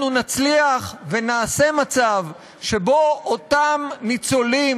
אנחנו נצליח וניצור מצב שאותם ניצולים,